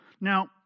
Now